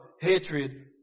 hatred